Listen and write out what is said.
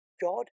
God